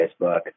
Facebook